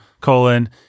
colon